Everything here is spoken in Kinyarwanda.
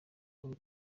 uhuru